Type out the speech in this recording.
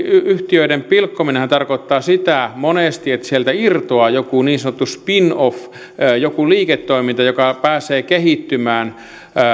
yhtiöiden pilkkominenhan tarkoittaa sitä monesti että sieltä irtoaa jokin niin sanottu spin off jokin liiketoiminta joka pääsee kehittymään